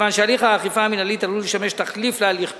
מכיוון שהליך האכיפה המינהלית עלול לשמש תחליף להליך הפלילי,